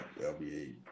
LBA